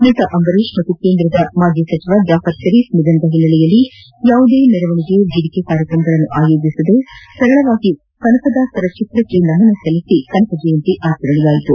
ನಟ ಅಂಬರೀಷ್ ಹಾಗೂ ಕೇಂದ್ರದ ಮಾಜಿ ಸಚಿವ ಜಾಫರ್ ಪರೀಪ್ ನಿಧನದ ಹಿನ್ನೆಲೆಯಲ್ಲಿ ಯಾವುದೇ ಮೆರವಣಿಗೆ ಹಾಗೂ ವೇದಿಕೆ ಕಾರ್ತಕ್ರಮಗಳನ್ನು ಆಯೋಜಿಸದೇ ಸರಳವಾಗಿ ಕನಕದಾಸರ ಭಾವಚಿತ್ರಕ್ಕೆ ನಮನ ಸಲ್ಲಿಸಿ ಕನಕ ಜಯಂತಿ ಆಚರಿಸಲಾಯಿತು